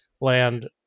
land